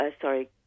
sorry